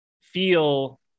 feel